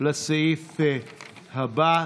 לסעיף הבא,